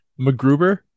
mcgruber